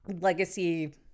Legacy